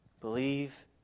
believe